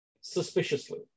suspiciously